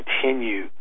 continue